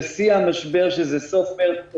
בשיא המשבר שזה סוף מרץ,